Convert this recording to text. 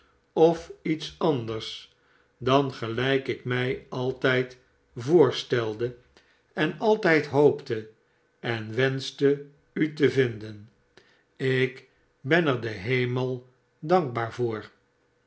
of iets anders dan gelijk ik mij altijd voorstelde en altijd hoopte en wenschte u te vinden ik ben er den hemel dankbaar voor